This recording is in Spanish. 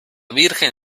virgen